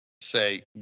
say